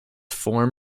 form